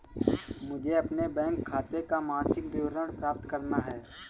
मुझे अपने बैंक खाते का मासिक विवरण प्राप्त करना है?